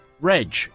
Reg